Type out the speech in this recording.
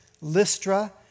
Lystra